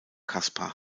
caspar